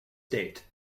date